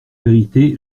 vérité